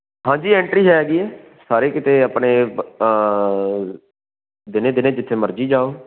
ਹਾਂਜੀ ਐਂਟਰੀ ਹੈਗੀ ਹੈ ਸਾਰੇ ਕਿਤੇ ਆਪਣੇ ਦਿਨੇ ਦਿਨੇ ਜਿੱਥੇ ਮਰਜ਼ੀ ਜਾਓ